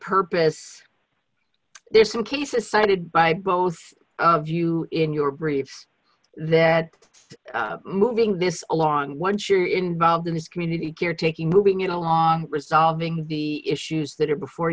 purpose there's some cases cited by both of you in your briefs that moving this along once you're involved in this community caretaking moving in along resolving the issues that are before